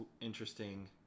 interesting